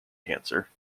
cancer